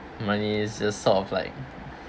money is just sort of like